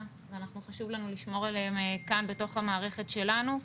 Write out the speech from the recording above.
וחשוב לנו לשמור עליהם כאן בתוך המערכת שלנו.